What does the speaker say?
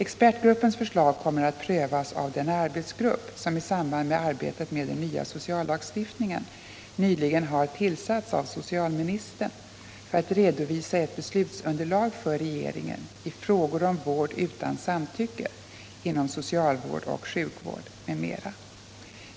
Expertgruppens förslag kommer att prövas av den arbetsgrupp som i samband med arbetet med den nya sociallagstiftningen nyligen har tillsatts av socialministern för att redovisa ett beslutsunderlag för regeringen i frågor om vård utan samtycke inom socialvård och sjukvård m.m.